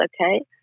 okay